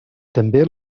també